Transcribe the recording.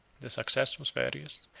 the success was various.